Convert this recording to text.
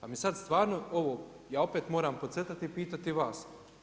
Pa me sad stvarno ovo, ja opet moram podcrtati i pitati vas.